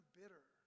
bitter